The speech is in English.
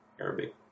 Arabic